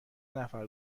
نفر